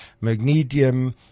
magnesium